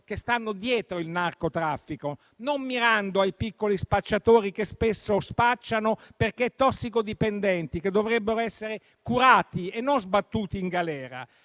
che stanno dietro il narcotraffico, non mirando ai piccoli spacciatori che spesso spacciano perché tossicodipendenti, che dovrebbero essere curati e non sbattuti in galera.